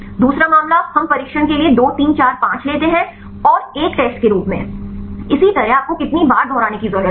दूसरा मामला हम प्रशिक्षण के लिए 2 3 4 5 लेते हैं और एक टेस्ट के रूप में इसी तरह आपको कितनी बार दोहराने की जरूरत है